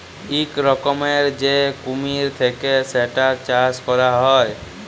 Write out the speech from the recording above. ইক রকমের যে কুমির থাক্যে সেটার যে চাষ ক্যরা হ্যয়